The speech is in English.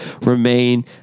remain